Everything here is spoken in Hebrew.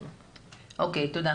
תודה.